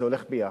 וזה הולך יחד,